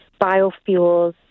biofuels